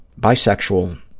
bisexual